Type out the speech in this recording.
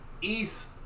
East